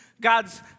God's